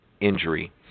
injury